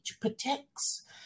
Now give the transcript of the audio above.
protects